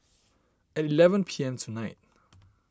at eleven P M tonight